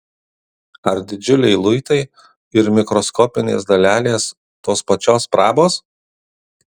ar didžiuliai luitai ir mikroskopinės dalelės tos pačios prabos